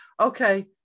okay